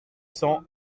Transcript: cents